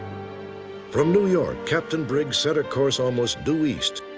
from new york, captain briggs set a course almost due east.